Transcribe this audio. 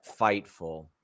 Fightful